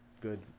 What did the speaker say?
good